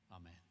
Amen